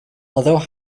although